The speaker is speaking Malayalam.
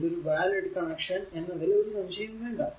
ഇതൊരു വാലിഡ് കണക്ഷൻ എന്നതിൽ ഒരു സംശയവും വേണ്ട